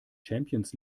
champions